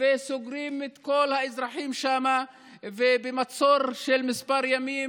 וסוגרים את כל האזרחים שם במצור של כמה ימים,